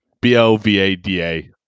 b-o-v-a-d-a